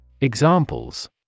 Examples